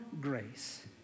grace